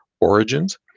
origins